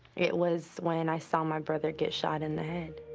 it was when i saw my brother get shot in the head.